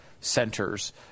centers